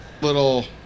little